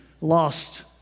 lost